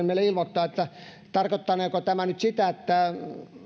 meille ilmoittaa tarkoittaneeko tämä nyt sitä että